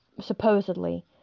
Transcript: supposedly